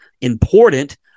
important